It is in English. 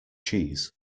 cheese